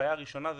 הבעיה הראשונה היא